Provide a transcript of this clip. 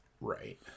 Right